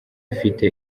afite